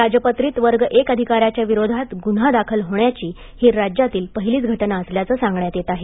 राजपत्रित वर्ग एक अधिका याच्या विरोधात गुन्हा दाखल होण्याची ही राज्यातील पहिलीच घटना असल्याचे सांगण्यात येत आहे